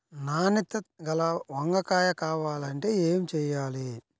నాణ్యత గల వంగ కాయ కావాలంటే ఏమి చెయ్యాలి?